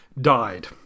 died